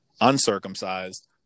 uncircumcised